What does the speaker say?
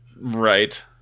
Right